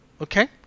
okay